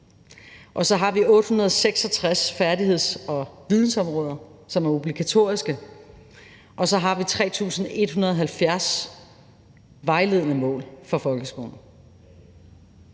og så har vi 866 færdigheds- og vidensområder, som er obligatoriske, og så har vi 3.170 vejledende mål for folkeskolen.